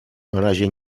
narazie